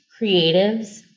creatives